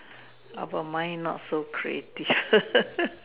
oh but mine not so creative